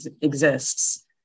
exists